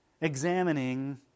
examining